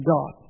God